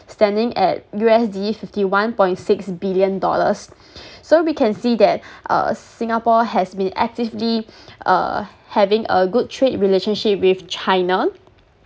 standing at U_S_D fifty one point six billion dollars so we can see that uh singapore has been actively uh having a good trade relationship with china